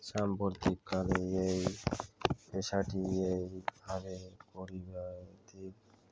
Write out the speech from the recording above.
সাম্প্রতিককালে এই পেশাটি এইভাবে পরিবর্তিত